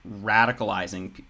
radicalizing